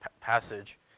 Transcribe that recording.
passage